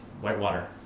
Whitewater